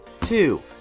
two